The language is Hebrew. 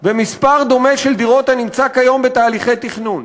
ומספר דומה של דירות הנמצא כיום בתהליכי תכנון.